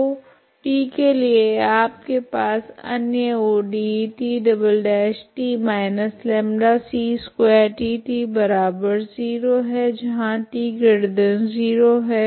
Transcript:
तो t के लिए आपके पास अन्य ODE T −λ c2T 0 t0 है